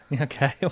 Okay